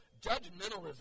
judgmentalism